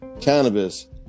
cannabis